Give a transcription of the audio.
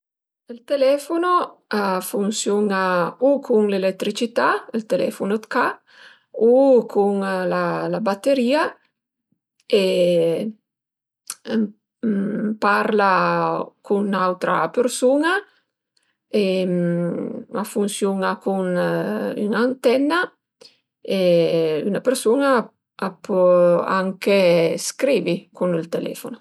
Ël telefono a funsiun-a u cun l'eletricità, ël telefono 'd ca u cun la bateria e ün a parla cun 'n'autra persun-a e a funsiun-a cun 'n'antenna e üna persun-a a pö anche scrivi cun ël telefono